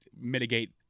mitigate